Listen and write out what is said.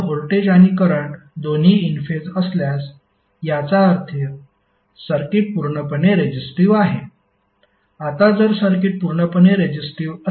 तर व्होल्टेज आणि करंट दोन्ही इन फेज असल्यास याचा अर्थ सर्किट पूर्णपणे रेजिस्टिव्ह आहे